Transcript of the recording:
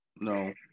no